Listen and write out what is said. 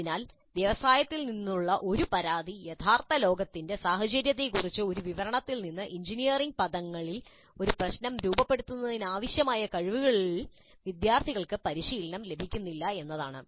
അതിനാൽ വ്യവസായത്തിൽ നിന്നുള്ള ഒരു പരാതി യഥാർത്ഥ ലോകത്തിന്റെ സാഹചര്യത്തെക്കുറിച്ചുള്ള ഒരു വിവരണത്തിൽ നിന്ന് എഞ്ചിനീയറിംഗ് പദങ്ങളിൽ ഒരു പ്രശ്നം രൂപപ്പെടുത്തുന്നതിനാവശ്യമായ കഴിവുകളിൽ വിദ്യാർത്ഥികൾക്ക് പരിശീലനം നൽകുന്നില്ല എന്നതാണ്